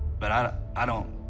but i i don't,